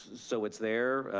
so it's there.